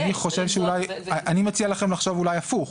כן --- אני מציע לכם לחשוב אולי הפוך,